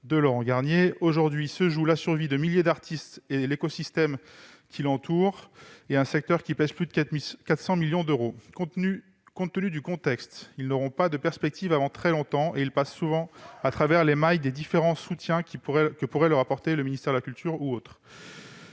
de Laurent Garnier. Aujourd'hui, se joue la survie de milliers d'artistes et de l'écosystème qui les entoure. Ce secteur pèse plus de 400 millions d'euros. Compte tenu du contexte, ces artistes n'ont pas de perspectives avant très longtemps, et ils passent souvent à travers les mailles des différents soutiens que pourrait leur apporter, notamment, le ministère de la culture.